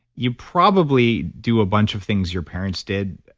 you probably do a bunch of things your parents did,